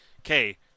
okay